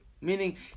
Meaning